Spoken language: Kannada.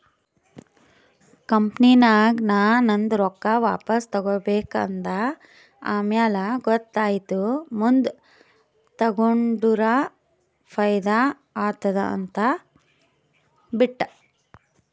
ಕಂಪನಿನಾಗ್ ನಾ ನಂದು ರೊಕ್ಕಾ ವಾಪಸ್ ತಗೋಬೇಕ ಅಂದ ಆಮ್ಯಾಲ ಗೊತ್ತಾಯಿತು ಮುಂದ್ ತಗೊಂಡುರ ಫೈದಾ ಆತ್ತುದ ಅಂತ್ ಬಿಟ್ಟ